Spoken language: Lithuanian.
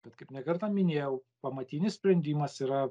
bet kaip ne kartą minėjau pamatinis sprendimas yra